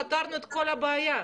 פתרנו את כל הבעיה.